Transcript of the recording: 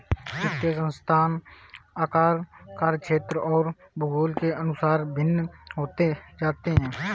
वित्तीय संस्थान आकार, कार्यक्षेत्र और भूगोल के अनुसार भिन्न हो सकते हैं